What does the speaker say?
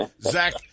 Zach